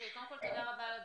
תודה רבה על הדברים,